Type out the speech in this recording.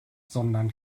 sondern